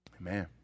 Amen